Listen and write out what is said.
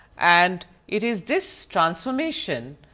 and it is this transformation,